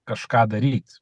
kažką daryt